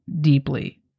deeply